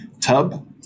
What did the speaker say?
tub